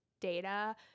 data